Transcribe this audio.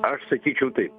aš sakyčiau taip